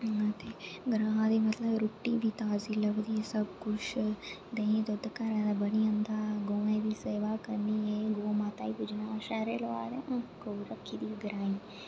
हां ते ग्रां दे मतलब रुट्टी बी ताजी लभदी सब कुछ देहीं दुद्ध घरै दा बनी जंदा गवै दी सेवा करनी गौ माता गी पूजना शैंहरे दे लोक आखदे गौ रक्खी दी ग्रांई